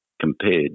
compared